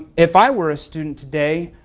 if i were a student today,